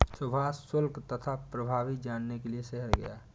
सुभाष शुल्क तथा प्रभावी जानने के लिए शहर गया